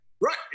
right